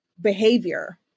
behavior